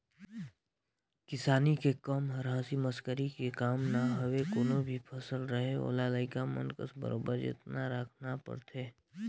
किसानी के कम हर हंसी मसकरी के काम न हवे कोनो भी फसल रहें ओला लइका मन कस बरोबर जेतना के राखना परथे